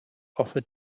offer